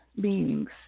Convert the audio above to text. beings